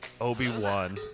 Obi-Wan